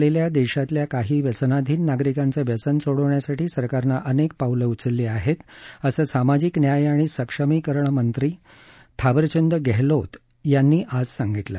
अंमली पदर्थांचं व्यसन लागलेल्या देशातल्या काही व्यसनाधीन नागरिकांचं व्यसन सोडवण्यासाठी सरकारनं अनेक पावलं उचलली आहेत असं सामाजिक न्याय आणि सक्षमीकरणमंत्री थावरचंद गेहलोत यांची आज सांगितलं